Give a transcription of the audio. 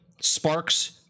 Sparks